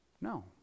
No